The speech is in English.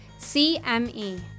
CME